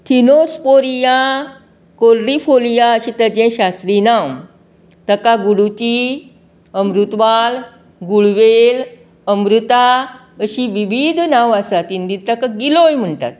खिनुस्पोरिया कोर्डीफोरिया अशें ताचें शास्त्रीय नांव ताका गुडूचीं अमरूतवाल गुळवेल अमृता अशीं विवीध नांवां आसात हिंदीत ताका गिलोय म्हाणटात